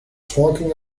talking